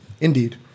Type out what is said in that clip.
Indeed